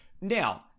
Now